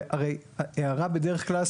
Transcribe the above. הרי הערה בדרך כלל,